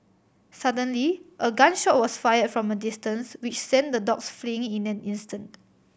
suddenly a gun shot was fired from a distance which sent the dogs fleeing in an instant